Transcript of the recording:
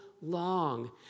long